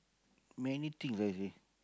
many things really